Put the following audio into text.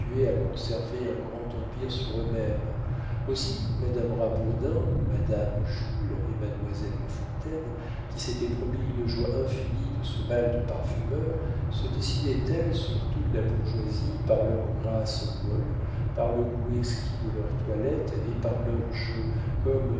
à conserver un grand empire sur eux-mêmes aussi madame rabourdin madame jules et mademoiselle de fontaine qui s'étaient promis une joie infinie de ce bal de parfumeur se dessinaient elles sur toute la bourgeoisie par leurs grâces molles par le goût exquis de leurs toilettes et par leur jeu comme